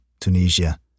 Tunisia